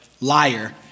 liar